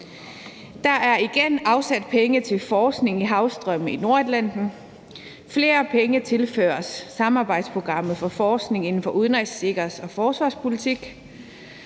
Der er igen afsat penge til forskning i havstrømme i Nordatlanten; flere penge tilføres samarbejdsprogrammet for forskning inden for udenrigs-, sikkerheds- og forsvarspolitik;